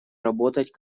работать